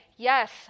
Yes